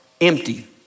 empty